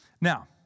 Now